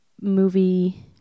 movie